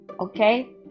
Okay